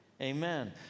Amen